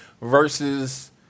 versus –